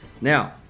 Now